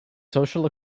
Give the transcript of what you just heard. social